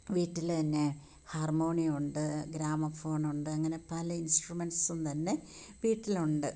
വീട്ടിലെ തന്നെ ഹാർമോണിയം ഉണ്ട് ഗ്രാമഫോണുണ്ട് അങ്ങനെ പല ഇൻസ്ട്രുമെൻസും തന്നെ വീട്ടിലുണ്ട്